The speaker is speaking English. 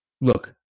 look